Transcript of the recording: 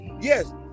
Yes